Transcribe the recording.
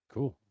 Cool